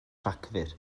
rhagfyr